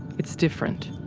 it's different.